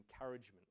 encouragement